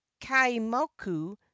kaimoku